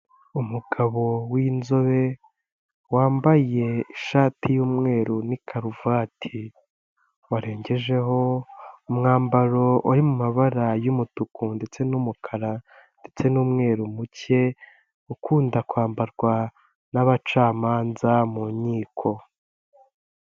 Umugabo w'inzobe wambaye ishati y'umweru na karuvati, warengejeho umwambaro uri mu mabara y'umutuku ndetse n'umukara ndetse n'umweru muke, ukunda kwambarwa n'abacamanza mu nkiko.